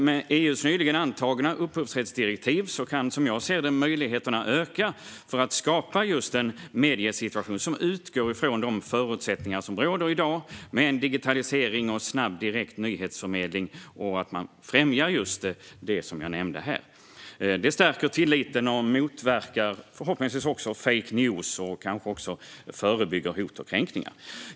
Med EU:s nyligen antagna upphovsrättsdirektiv kan, som jag ser det, möjligheterna öka för att skapa en mediesituation som utgår från de förutsättningar som råder i dag, med digitalisering, snabb och direkt nyhetsförmedling, och som främjar just det som jag nämnde här. Det stärker tilliten och motverkar förhoppningsvis också fake news och förebygger kanske också hot och kränkningar.